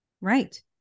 right